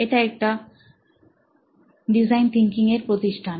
এটা একটা design thinking এর প্রতিষ্ঠান